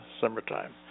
summertime